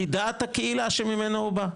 כי דעת הקהילה שממנו הוא בא,